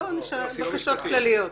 לא, בקשות כלליות.